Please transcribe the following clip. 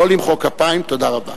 תודה רבה.